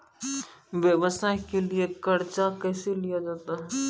व्यवसाय के लिए कर्जा कैसे लिया जाता हैं?